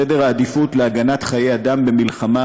סדר העדיפות להגנת חיי אדם במלחמה,